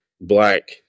black